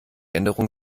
änderungen